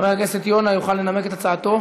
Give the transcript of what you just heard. חבר הכנסת יונה יוכל לנמק את הצעתו